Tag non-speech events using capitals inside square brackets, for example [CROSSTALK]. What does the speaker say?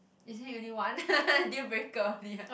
is it only one [LAUGHS] dealbreaker only ah